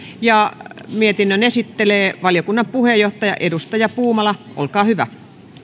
mietinnön esittelee valiokunnan puheenjohtaja edustaja puumala olkaa hyvä